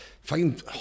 find